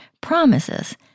promises